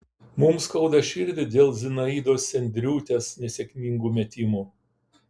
mums skauda širdį dėl zinaidos sendriūtės nesėkmingų metimų